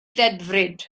ddedfryd